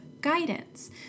guidance